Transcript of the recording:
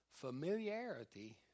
Familiarity